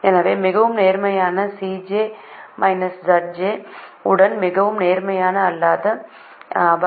எனவே மிகவும் நேர்மறையான Cj Zj உடன் மிகவும் நேர்மறை அல்லாத அடிப்படை மாறியை உள்ளிடவும்